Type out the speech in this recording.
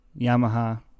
yamaha